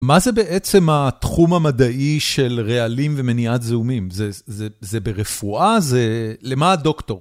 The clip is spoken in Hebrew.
מה זה בעצם התחום המדעי של רעלים ומניעת זיהומים? זה ברפואה? זה... למה הדוקטור?